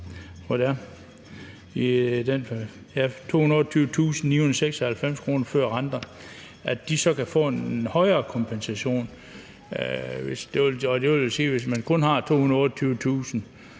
er – ja, 228.996 kr. før renter – med en højere kompensation. Det vil jo sige, at hvis man kun får 228.000 kr.